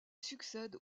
succède